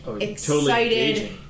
excited